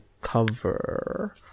cover